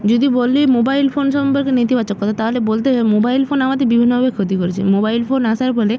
যদি বলি mobile phone সম্পর্কে নেতিবাচকতা তাহলে বলতেই হয় মোবাইল ফোন আমাদের বিভিন্নভাবে ক্ষতি করেছে মোবাইল ফোন আসার ফলে